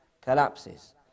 collapses